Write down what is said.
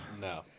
No